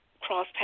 cross